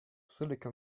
silicon